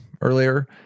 earlier